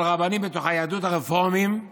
של רבנים בתוך היהדות הרפורמית